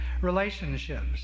Relationships